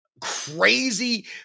crazy